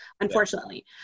unfortunately